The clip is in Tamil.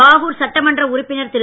பாகூர் சட்டமன்ற உறுப்பினர் திரு